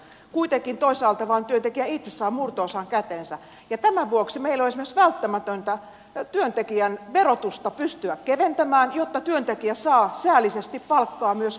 kuitenkin toisaalta työntekijä itse saa murto osan käteensä ja tämän vuoksi meillä on esimerkiksi välttämätöntä työntekijän verotusta pystyä keventämään jotta työntekijä saa säällisesti palkkaa myös käteensä